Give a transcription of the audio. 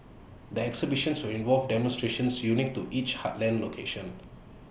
the exhibitions will involve demonstrations unique to each heartland location